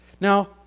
Now